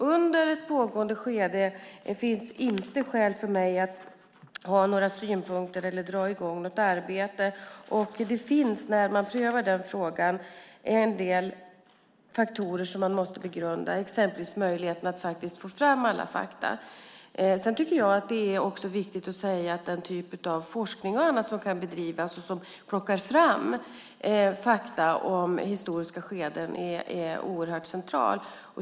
Under ett pågående skede finns inte skäl för mig att ha några synpunkter eller dra i gång något arbete. När man prövar frågan finns en del faktorer som man måste begrunda, exempelvis möjligheten att få fram alla fakta. Den typ av forskning och annat som kan bedrivas och plockar fram fakta om historiska skeden är oerhört central.